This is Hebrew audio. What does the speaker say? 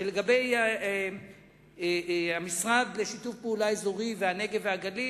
שלגבי המשרד לשיתוף פעולה אזורי והנגב והגליל,